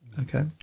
Okay